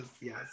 yes